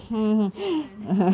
german